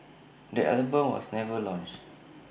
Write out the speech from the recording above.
the album was never launched